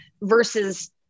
versus